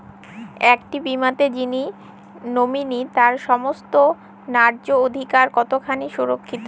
একটি বীমাতে যিনি নমিনি তার সমস্ত ন্যায্য অধিকার কতখানি সুরক্ষিত?